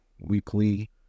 weekly